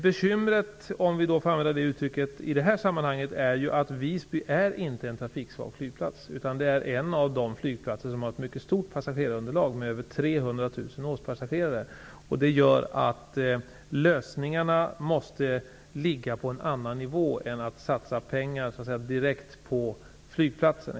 Bekymret, om jag får använda det uttrycket, i det här sammanhanget är att Visby inte är en trafiksvag flygplats. Det är en av de flygplatser som har ett mycket stort passagerarunderlag med över 300 000 årspassagerare. Det gör att lösningarna måste ligga på en annan nivå än att satsa pengar direkt på flygplatsen.